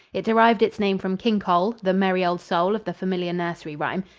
it derived its name from king cole, the merry old soul of the familiar nursery rhyme.